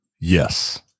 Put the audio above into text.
Yes